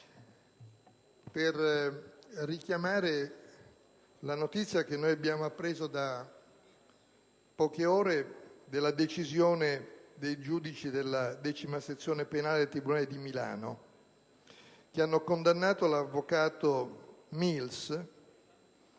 per richiamare la notizia che abbiamo appreso da qualche ora in merito alla decisione dei giudici della 10a sezione penale del tribunale di Milano che hanno condannato l'avvocato Mills.